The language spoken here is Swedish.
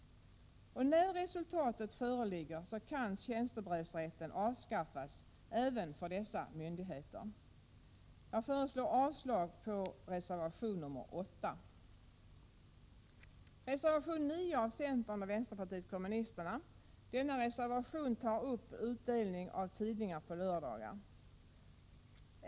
När resultatet av dessa mätningar föreligger kan tjänstebrevsrätten avskaffas även för dessa myndigheter. Jag föreslår avslag på reservation 8. I reservation 9 från centern och vänsterpartiet kommunisterna tas utdelning av tidningar på lördagar upp.